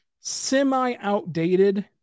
semi-outdated